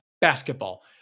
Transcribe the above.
basketball